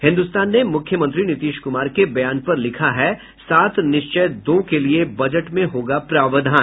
हिन्दुस्तान ने मुख्यमंत्री नीतीश कुमार के बयान पर लिखा है सात निश्चय दो के लिए बजट में होगा प्रावधान